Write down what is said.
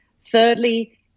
Thirdly